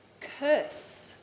curse